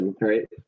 right